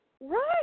Right